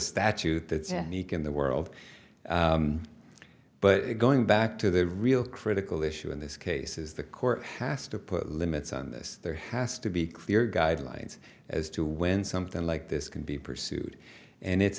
statute that says he can the world but going back to the real critical issue in this case is the court has to put limits on this there has to be clear guidelines as to when something like this can be pursued and it's